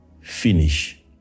finish